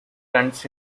runs